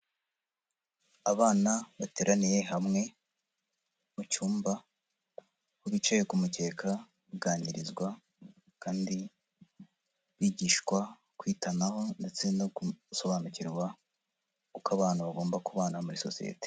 Abana bateraniye hamwe mu cyumba, aho bicaye ku mukeka baganirizwa kandi bigishwa kwitanaho ndetse no gusobanukirwa uko abantu bagomba kubana muri sosiyete.